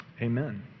Amen